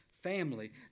family